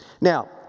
Now